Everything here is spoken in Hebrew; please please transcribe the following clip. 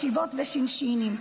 ישיבות ושינשינים.